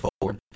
forward